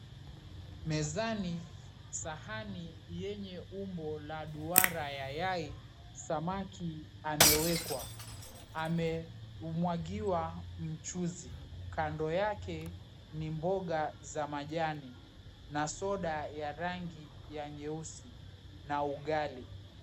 Mezani, sahani yenye umbo la duara ya yai, samaki amewekwa. Amemwagiwa mchuuzi. Kando yake ni mboga za majani na soda ya rangi ya nyeusi, na ugali.